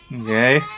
Okay